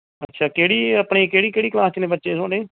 ਅੱਛਾ ਕਿਹੜੀ ਆਪਣੀ ਕਿਹੜੀ ਕਿਹੜੀ ਕਲਾਸ 'ਚ ਨੇ ਬੱਚੇ ਤੁਹਾਡੇ